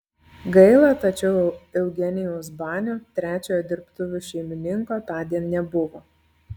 gaila tačiau eugenijaus banio trečiojo dirbtuvių šeimininko tądien nebuvo